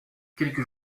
quelques